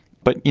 but, you